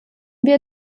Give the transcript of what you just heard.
wir